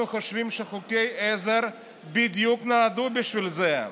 אנחנו חושבים שחוקי עזר נועדו בדיוק בשביל זה.